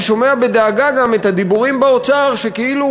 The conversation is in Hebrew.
אני שומע בדאגה גם את הדיבורים באוצר שכאילו